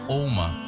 oma